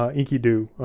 ah enkidu,